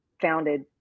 founded